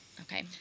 Okay